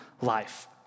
life